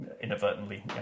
inadvertently